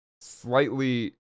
slightly